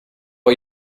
are